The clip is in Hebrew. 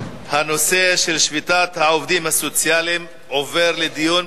הנושא של שביתת העובדים הסוציאליים עובר לדיון,